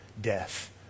death